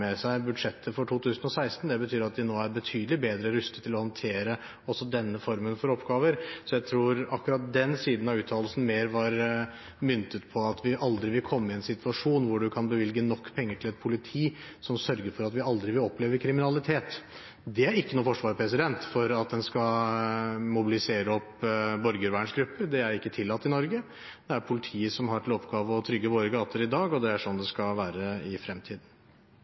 budsjettet for 2016. Det betyr at de nå er betydelig bedre rustet til å håndtere også denne formen for oppgaver. Så jeg tror at akkurat den siden av uttalelsen mer var myntet på at vi aldri vil komme i en situasjon hvor man kan bevilge nok penger til et politi som sørger for at vi aldri vil oppleve kriminalitet. Det er ikke noe forsvar for at en skal mobilisere borgervernsgrupper. Det er ikke tillatt i Norge. Det er politiet som har til oppgave å trygge våre gater i dag, og det er sånn det skal være i fremtiden.